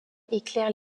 éclairent